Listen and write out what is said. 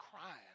crying